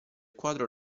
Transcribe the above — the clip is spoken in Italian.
quadro